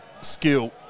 skill